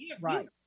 Right